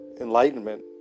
enlightenment